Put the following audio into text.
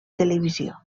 televisió